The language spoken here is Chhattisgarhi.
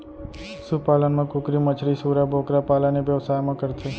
सु पालन म कुकरी, मछरी, सूरा, बोकरा पालन ए बेवसाय म करथे